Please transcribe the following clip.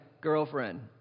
girlfriend